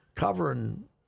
Covering